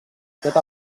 tot